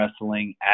wrestling